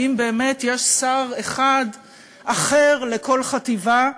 האם באמת יש שר אחד אחר לכל חטיבה?